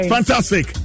Fantastic